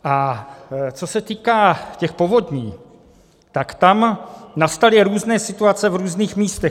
A co se týká těch povodní, tak tam nastaly různé situace v různých místech.